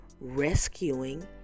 rescuing